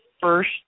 first